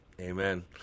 Amen